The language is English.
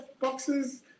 boxes